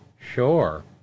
Sure